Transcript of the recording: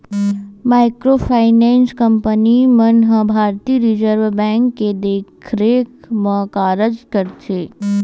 micro finance company मन ह भारतीय रिजर्व बेंक के देखरेख म कारज करथे